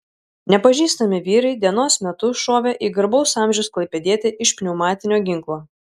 nepažįstami vyrai dienos metu šovė į garbaus amžiaus klaipėdietį iš pneumatinio ginklo